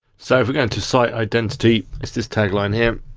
so if we go into site identity, it's this tagline here.